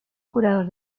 curador